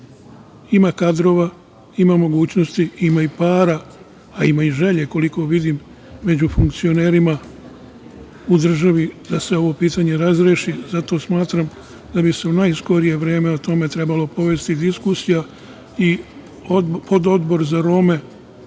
ima kadrova, ima mogućnosti, ima i para, a ima i želje, koliko vidim među funkcionerima u državi da se ovo pitanje razreši. Zato smatram da bi se u najskorije vreme o tome trebalo povesti diskusija, i pododbor za Rome